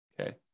okay